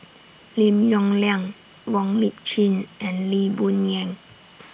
Lim Yong Liang Wong Lip Chin and Lee Boon Ngan